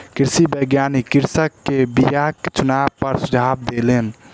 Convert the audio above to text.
कृषि वैज्ञानिक कृषक के बीयाक चुनाव पर सुझाव देलैन